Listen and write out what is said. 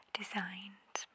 designed